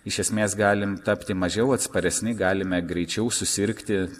iš esmės galim tapti mažiau atsparesni galime greičiau susirgti